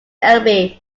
elbe